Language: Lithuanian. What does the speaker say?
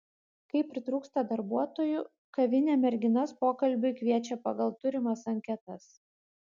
kai pritrūksta darbuotojų kavinė merginas pokalbiui kviečia pagal turimas anketas